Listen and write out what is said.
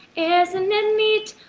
isn't it neat,